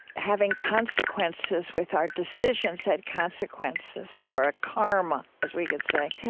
having consequences with our decisions had consequences or a karma, as we could say,